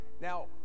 now